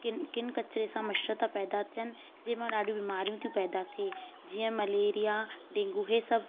किनु किनु किचिरे सां मछर था पैदा थियनि जंहिंमां ॾाढियूं बीमारियूं थियूं पैदा थिए जीअं मलेरिया डेंगू इहे सभु